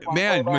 man